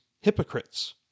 hypocrites